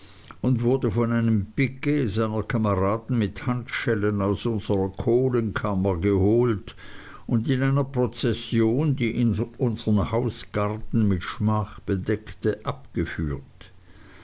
und wurde von einem piquet seiner kameraden mit handschellen aus unserer kohlenkammer geholt und in einer prozession die unsern hausgarten mit schmach bedeckte abgeführt